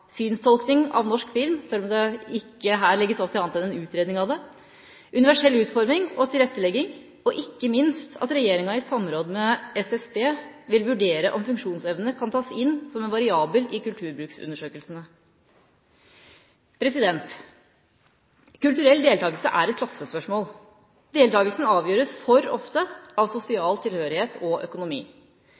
av norsk film, selv om det her ikke legges opp til annet enn en utredning av det, universell utforming og tilrettelegging, og ikke minst at regjeringa i samråd med SSB vil vurdere om funksjonsevne kan tas inn som en variabel i kulturbruksundersøkelsene. Kulturell deltakelse er et klassespørsmål, deltakelsen avgjøres for ofte av sosial tilhørighet og økonomi.